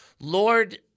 Lord